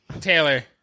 Taylor